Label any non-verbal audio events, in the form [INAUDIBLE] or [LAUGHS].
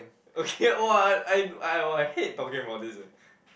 okay [LAUGHS] !wah! I I !wah! I hate talking about this eh